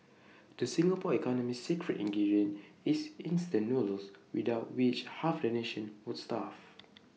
the Singapore economy's secret ingredient is instant noodles without which half the nation would starve